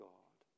God